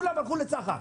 כולם הלכו לצחר.